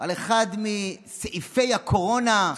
על אחד מסעיפי הקורונה: